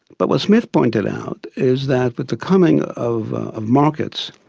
but what smith pointed out is that with the coming of of markets,